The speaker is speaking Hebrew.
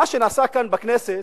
מה נעשה כאן בכנסת.